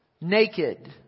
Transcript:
naked